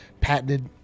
patented